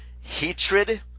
hatred